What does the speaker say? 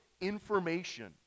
information